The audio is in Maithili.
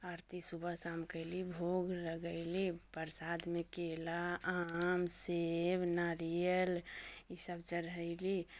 आरती सुबह शाम कयली भोग लगैली प्रसादमे केला आम सेब नारियल ई सभ चढ़ैली